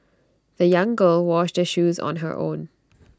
the young girl washed her shoes on her own